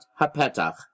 hapetach